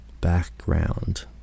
background